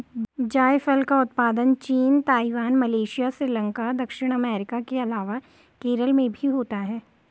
जायफल का उत्पादन चीन, ताइवान, मलेशिया, श्रीलंका, दक्षिण अमेरिका के अलावा केरल में भी होता है